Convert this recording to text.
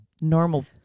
normal